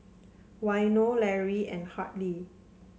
Waino Lary and Hartley